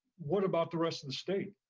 what about the rest of the state?